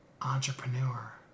entrepreneur